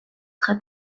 très